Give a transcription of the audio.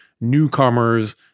newcomers